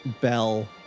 bell